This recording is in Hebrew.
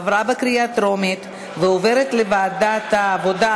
עברה בקריאה טרומית ועוברת לוועדת העבודה,